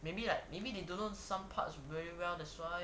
maybe like maybe they don't know some parts very well that's why